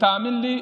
תאמין לי,